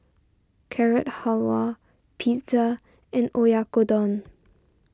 Carrot Halwa Pizza and Oyakodon